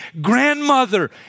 grandmother